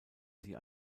sie